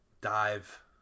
dive